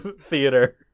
theater